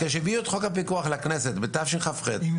כשהביאו את חוק הפיקוח לכנסת בתשכ"ח-1968,